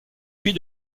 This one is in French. puis